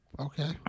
Okay